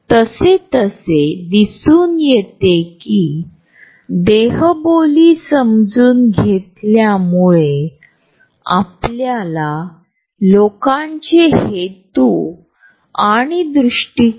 आमच्या कार्यालयीन पार्ट्यांमध्ये मैत्रीपूर्ण सामाजिक संमेलने वगैरे दरम्यान आम्ही सामान्यत कामाच्या ठिकाणी हेच अंतर ठेवतो